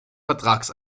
vertrags